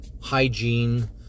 hygiene